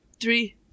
Three